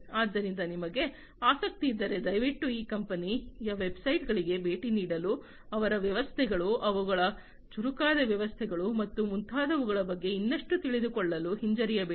ಆದ್ದರಿಂದ ನಿಮಗೆ ಆಸಕ್ತಿ ಇದ್ದರೆ ದಯವಿಟ್ಟು ಈ ಕಂಪನಿಯ ವೆಬ್ಸೈಟ್ಗಳಿಗೆ ಭೇಟಿ ನೀಡಲು ಅವರ ವ್ಯವಸ್ಥೆಗಳು ಅವುಗಳ ಚುರುಕಾದ ವ್ಯವಸ್ಥೆಗಳು ಮತ್ತು ಮುಂತಾದವುಗಳ ಬಗ್ಗೆ ಇನ್ನಷ್ಟು ತಿಳಿದುಕೊಳ್ಳಲು ಹಿಂಜರಿಯಬೇಡಿ